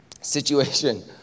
Situation